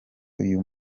uyu